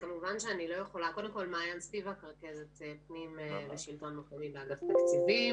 קודם כול אני רכזת פנים ושלטון מקומי באגף תקציבים.